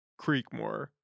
Creekmore